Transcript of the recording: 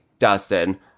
Dustin